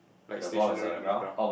like stationary underground